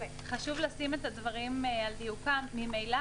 חשוב להעמיד את הדברים על דיוקם: ממילא